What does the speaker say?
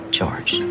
George